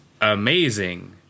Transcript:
amazing